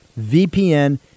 VPN